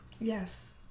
Yes